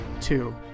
two